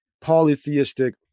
polytheistic